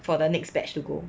for the next batch to go